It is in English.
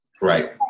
Right